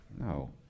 No